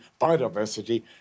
biodiversity